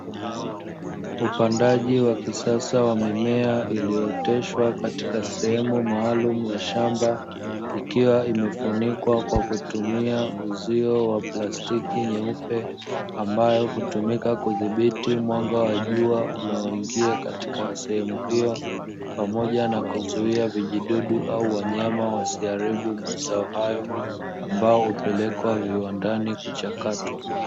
Upandaji wa kisasa wa mimea iliyooteshwa katika sehemu maalumu ya shamba ikiwa imefunikwa kwa kutumia uzio wa plastiki nyeupe, ambao hutumika kudhibiti mwanga wa jua unaoingia katika sehemu hiyo pamoja na kuzuia vijidudu au wanyama wasiharibu mazao hayo ambao hupelekwa viwandani kuchakatwa.